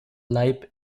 leib